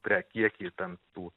pre kiekį ten tų